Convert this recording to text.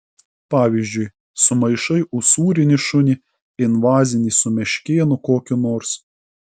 pavyzdžiui sumaišai usūrinį šunį invazinį su meškėnu kokiu nors